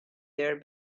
their